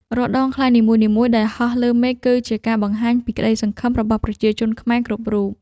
រាល់ដងខ្លែងនីមួយៗដែលហោះលើមេឃ គឺជាការបង្ហាញពីក្តីសង្ឃឹមរបស់ប្រជាជនខ្មែរគ្រប់រូប។